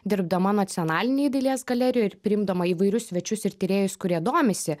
dirbdama nacionalinėj dailės galerijoj ir priimdama įvairius svečius ir tyrėjus kurie domisi